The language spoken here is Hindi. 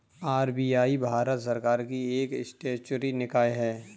आर.बी.आई भारत सरकार की एक स्टेचुअरी निकाय है